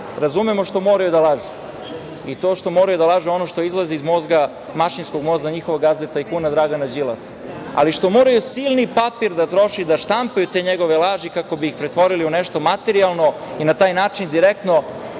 razumemo što moraju da lažu i to što moraju da lažu ono što izlazi iz mozga, mašinskog mozga njihovog gazde tajkuna, Dragana Đilasa, ali što moraju silni papir da troše i da štampaju te njegove laži kako bi ih pretvorili u nešto materijalno i na taj način direktno